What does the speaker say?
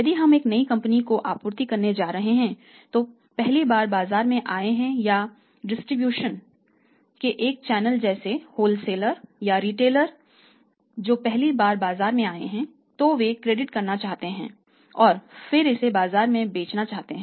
यदि हम एक नई कंपनी को आपूर्ति करने जा रहे हैं जो पहली बार बाजार में आए हैं या वितरण विक्रेता जो पहली बार बाजार में आए हैं तो वे क्रेडिट करना चाहते हैं और फिर इसे बाजार में बेचना चाहते हैं